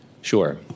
Sure